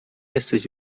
jesteś